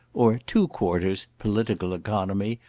or two quarters political economy,